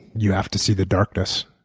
you have to see the darkness.